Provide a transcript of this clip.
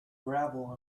gravel